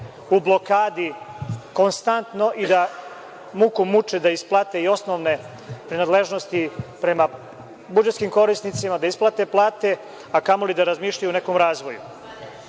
u blokadi konstantno i da muku muče da isplate i osnovne prinadležnosti prema budžetskim korisnicima, da isplate plate, a kamoli da razmišljaju o nekom razvoju. Nije